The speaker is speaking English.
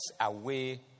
away